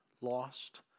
Lost